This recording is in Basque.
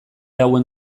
hauen